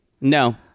No